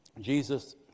Jesus